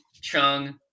Chung